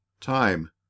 Time